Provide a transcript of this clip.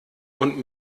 und